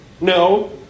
No